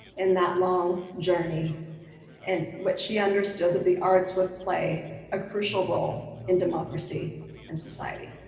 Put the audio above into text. in that long journey and what she understood that the arts would play a crucial role in democracy and society.